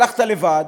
הלכת לבד,